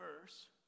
verse